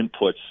inputs